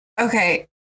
Okay